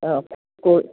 ആ സ്കൂൾ